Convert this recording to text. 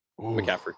McCaffrey